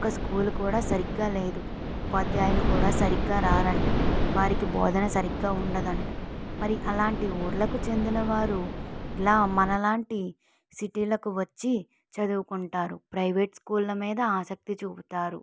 ఒక్క స్కూలు కూడా సరిగా లేదు ఉపాధ్యాయులు కూడా సరిగా రారు అంట వారికి బోధన సరిగా ఉండడు అంట మరి అలాంటి ఊళ్ళకు చెందినవారు ఇలా మనలాంటి సిటీలకు వచ్చి చదువుకుంటారు ప్రైవేట్ స్కూళ్ళ మీద ఆసక్తి చూపుతారు